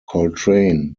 coltrane